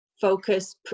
focus